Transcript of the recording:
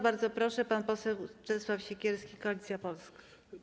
Bardzo proszę, pan poseł Czesław Siekierski, Koalicja Polska.